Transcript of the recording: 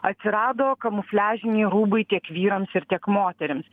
atsirado kamufliažiniai rūbai tiek vyrams ir tiek moterims